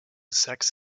sex